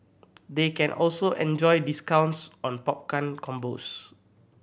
they can also enjoy discounts on popcorn combos